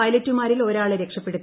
പൈലറ്റുമാരിൽ ഒരാളെ രക്ഷപ്പെടുത്തി